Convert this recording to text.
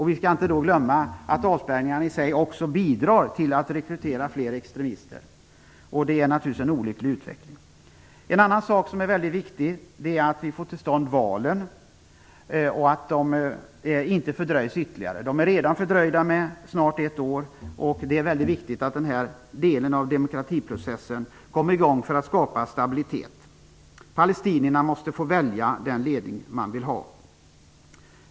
Vi skall inte glömma att avspärrningarna i sig också bidrar till att rekrytera fler extremister. Det är naturligtvis en olycklig utveckling. En annan sak som är väldigt viktig är att få till stånd valen och att de inte fördröjs ytterligare. De är redan fördröjda med snart ett år. Det är väldigt viktigt att denna del av demokratiprocessen kommer i gång så att man kan skapa stabilitet. Palestinierna måste få välja den ledning de vill ha.